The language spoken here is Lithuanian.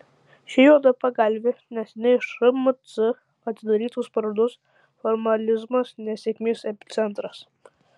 ši juoda pagalvė neseniai šmc atidarytos parodos formalizmas ne sėkmės epicentras